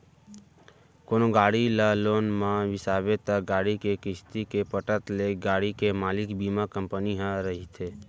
कोनो गाड़ी ल लोन म बिसाबे त गाड़ी के किस्ती के पटत ले गाड़ी के मालिक बीमा कंपनी ह रहिथे